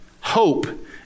Hope